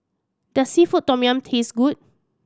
does seafood tom yum taste good